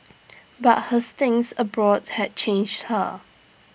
but her stints abroad had changed her